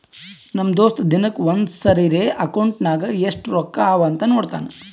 ನಮ್ ದೋಸ್ತ ದಿನಕ್ಕ ಒಂದ್ ಸರಿರೇ ಅಕೌಂಟ್ನಾಗ್ ಎಸ್ಟ್ ರೊಕ್ಕಾ ಅವಾ ಅಂತ್ ನೋಡ್ತಾನ್